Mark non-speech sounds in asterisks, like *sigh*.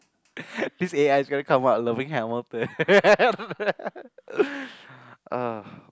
this A_I is gonna come out loving Hamilton *laughs* ugh